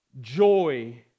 Joy